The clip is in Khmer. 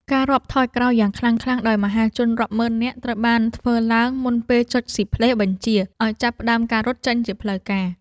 ការរាប់ថយក្រោយយ៉ាងខ្លាំងៗដោយមហាជនរាប់ម៉ឺននាក់ ត្រូវបានធ្វើឡើងមុនពេលចុចស៊ីផ្លេបញ្ជាឱ្យចាប់ផ្ដើមការរត់ចេញជាផ្លូវការ។